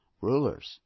rulers